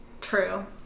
True